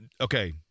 okay